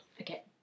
Okay